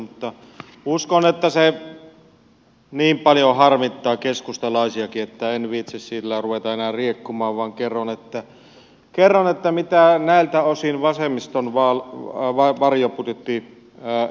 mutta uskon että se niin paljon harmittaa keskustalaisiakin että en viitsi sillä ruveta enää riekkumaan vaan kerron mitä näiltä osin vasemmiston varjobudjetti esittää